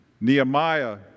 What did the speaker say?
Nehemiah